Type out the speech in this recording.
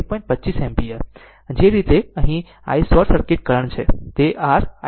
એ જ રીતે અહીં i i short circuit current પણ છે જે તે r iNorton છે